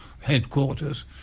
headquarters